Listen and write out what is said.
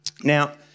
Now